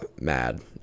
mad